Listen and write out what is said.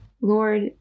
Lord